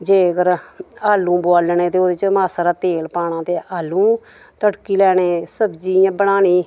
जेकर आलू बोआलने ते ओह्दे च मासा रा तेल पाना ते आलू तड़की लैने सब्जी इ'यां बनानी